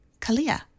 Kalia